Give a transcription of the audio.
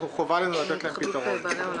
חובה עלינו לתת להם פתרון.